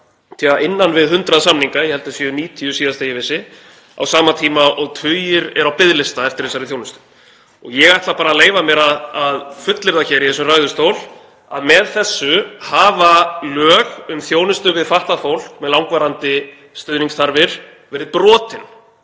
innan við 100 samninga, ég held að þeir hafi verið 90 síðast þegar ég vissi, á sama tíma og tugir eru á biðlista eftir þessari þjónustu. Ég ætla bara að leyfa mér að fullyrða hér í þessum ræðustól að með þessu hafi lög um þjónustu við fatlað fólk með langvarandi stuðningsþarfir verið brotin